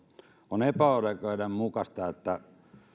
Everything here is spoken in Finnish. on epäoikeudenmukaista että